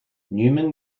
newman